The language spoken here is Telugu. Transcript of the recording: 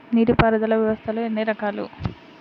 నీటిపారుదల వ్యవస్థలు ఎన్ని రకాలు?